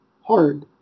hard